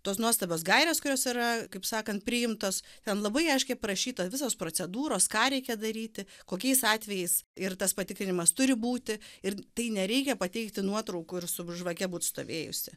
tos nuostabios gairės kurios yra kaip sakan priimtos ten labai aiškiai parašyta visos procedūros ką reikia daryti kokiais atvejais ir tas patikrinimas turi būti ir tai nereikia pateikti nuotraukų ir su žvake būt stovėjusi